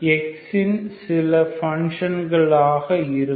x இன் சில function ஆக இருக்கும்